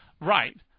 Right